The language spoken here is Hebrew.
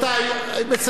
טוב.